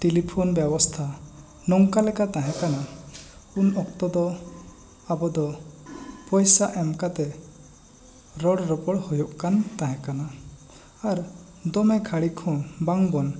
telephone ᱵᱮᱵᱚᱥᱛᱷᱟ ᱱᱚᱜᱠᱟ ᱞᱮᱠᱟ ᱛᱟᱦᱮᱸ ᱠᱟᱱᱟ ᱩᱱ ᱚᱠᱛᱚ ᱫᱚ ᱟᱵᱚᱫᱚ ᱯᱚᱭᱥᱟ ᱮᱢ ᱠᱟᱛᱮ ᱨᱚᱲ ᱨᱚᱯᱚᱲ ᱦᱩᱭᱩᱜ ᱠᱟᱱ ᱛᱟᱦᱮᱸ ᱠᱟᱱᱟ ᱟᱨ ᱫᱚᱢᱮ ᱜᱷᱟᱹᱲᱤᱡ ᱦᱚᱸ ᱵᱟᱝ ᱵᱚᱱ